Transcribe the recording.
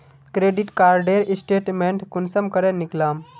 Credit कार्डेर statement कुंसम करे निकलाम?